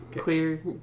Queer